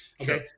okay